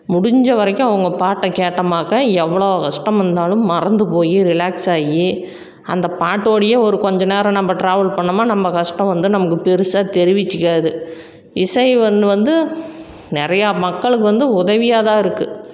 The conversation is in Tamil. முடிஞ்ச வரைக்கும் அவங்க பாட்டை கேட்டோம்னாக்கா எவ்வளோ கஷ்டம் இருந்தாலும் மறந்து போய் ரிலாக்ஸ் ஆகி அந்த பாட்டோடேயே ஒரு கொஞ்சம் நேரம் நம்ம ட்ராவல் பண்ணோம்னா நம்ம கஷ்டோம் வந்து நமக்கு பெருசாக தெரிவித்துக்காது இசை ஒன்று வந்து நிறையா மக்களுக்கு வந்து உதவியாக தான் இருக்குது